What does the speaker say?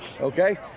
okay